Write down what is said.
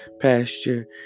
pasture